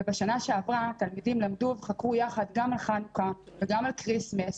ובשנה שעברה התלמידים למדו וחקרו יחד גם על חנוכה וגם על כריסמס.